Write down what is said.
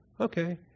Okay